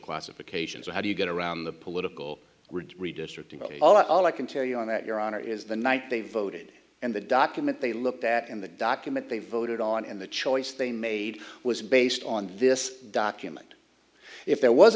classification so how do you get around the political redistricting all i can tell you on that your honor is the night they voted and the document they looked at in the document they voted on and the choice they made was based on this document if there was